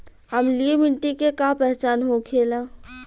अम्लीय मिट्टी के का पहचान होखेला?